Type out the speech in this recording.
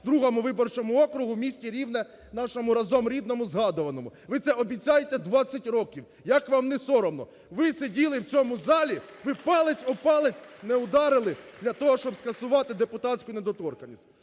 по 152 виборчому округу в місті Рівне нашому разом рідному згадуваному. Ви це обіцяєте 20 років. Як вам не соромно? Ви сиділи в цьому залі, ви палець об палець не ударили для того, щоб скасувати депутатську недоторканність.